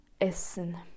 essen